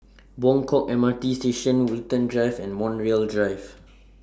Buangkok M R T Station Woollerton Drive and Montreal Drive